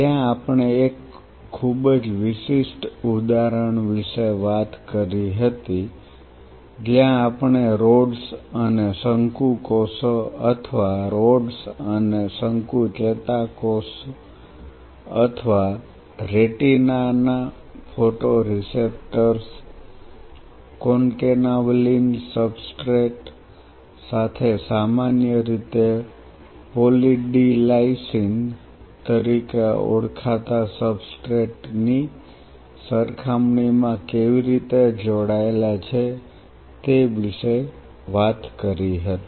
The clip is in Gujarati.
જ્યાં આપણે એક ખૂબ જ વિશિષ્ટ ઉદાહરણ વિશે વાત કરી હતી જ્યાં આપણે રૉડ્સ અને શંકુ કોષો અથવા રૉડ્સ અને શંકુ ચેતાકોષ અથવા રેટિનાના ફોટોરિસેપ્ટર્સ કોન્કેનાવલિન સબસ્ટ્રેટ સાથે સામાન્ય રીતે પોલી ડી લાઈસિન તરીકે ઓળખાતા સબસ્ટ્રેટ ની સરખામણીમાં કેવી રીતે જોડાયેલા છે તે વિશે વાત કરી હતી